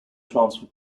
transfer